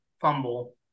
fumble